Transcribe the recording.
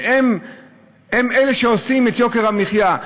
שהם אלה שעושים את יוקר המחיה,